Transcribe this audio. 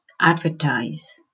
advertise